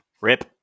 rip